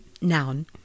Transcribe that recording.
noun